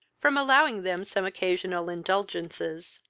from allowing them some occasional indulgences.